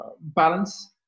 balance